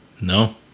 No